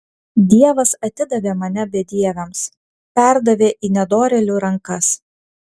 dievas atidavė mane bedieviams perdavė į nedorėlių rankas